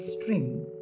string